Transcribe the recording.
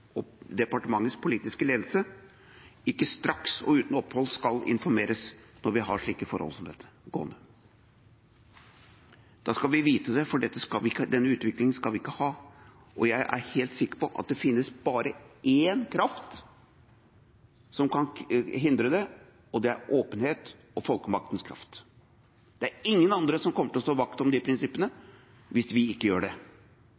og departementets politiske ledelse ikke straks og uten opphold skal informeres når vi har slike forhold som dette gående. Da skal vi vite det, for denne utviklinga skal vi ikke ha. Jeg er helt sikker på at det finnes bare én kraft som kan hindre det, og det er åpenhet og folkemaktens kraft. Det er ingen andre som kommer til å stå vakt om de prinsippene hvis vi ikke gjør det.